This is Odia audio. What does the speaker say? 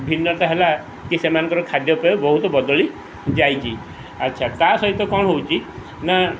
ଭିନ୍ନତା ହେଲା କି ସେମାନଙ୍କର ଖାଦ୍ୟପେୟ ବହୁତ ବଦଳି ଯାଇଚି ଆଚ୍ଛା ତା' ସହିତ କ'ଣ ହେଉଛି ନା